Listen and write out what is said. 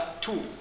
two